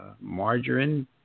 margarine